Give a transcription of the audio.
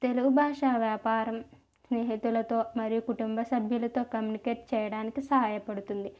తెలుగు భాష వ్యాపారం స్నేహితులతో మరియు కుటుంబ సభ్యులతో కమ్యూనికేట్ చేయడానికి సహాయ పడుతుంది